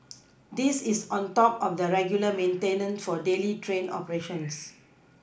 this is on top of the regular maintenance for daily train operations